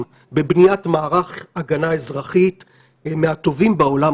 בבניית מערך הגנה אזרחי מהטובים ביותר בעולם,